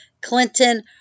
Clinton